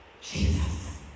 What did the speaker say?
Jesus